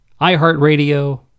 iHeartRadio